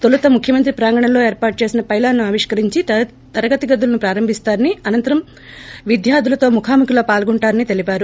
తొలుత ముఖ్యమంత్రి ప్రాంగణంలో ఏర్పాటు చేసిన పైలాస్ ను ఆవిష్కరించి తరగతి గదులను ప్రారంభిస్తారని అనంతరం విద్యార్షులతో ముఖాముఖిలో వాల్గొంటారని తెలిపారు